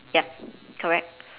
ya correct